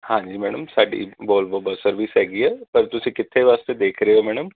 ਹਾਂਜੀ ਮੈਡਮ ਸਾਡੀ Volvo bus service ਹੈਗੀ ਆ ਪਰ ਤੁਸੀਂ ਕਿੱਥੇ ਵਾਸਤੇ ਦੇਖ ਰਹੇ ਓ ਮੈਡਮ